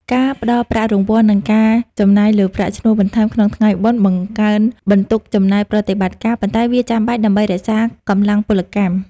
ការផ្តល់ប្រាក់រង្វាន់ និងការចំណាយលើប្រាក់ឈ្នួលបន្ថែមក្នុងថ្ងៃបុណ្យ បង្កើនបន្ទុកចំណាយប្រតិបត្តិការ ប៉ុន្តែវាចាំបាច់ដើម្បីរក្សាកម្លាំងពលកម្ម។